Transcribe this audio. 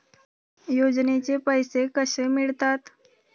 योजनेचे पैसे कसे मिळतात?